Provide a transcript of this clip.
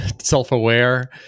self-aware